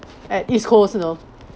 at east coast you know